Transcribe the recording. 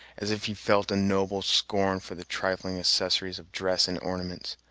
as if he felt a noble scorn for the trifling accessories of dress and ornaments.